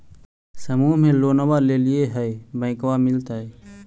समुह मे लोनवा लेलिऐ है बैंकवा मिलतै?